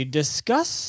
discuss